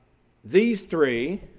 these three,